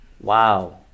wow